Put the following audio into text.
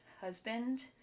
husband